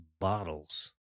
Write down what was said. bottles